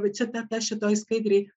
va čia ta ta šitoj skaidrėj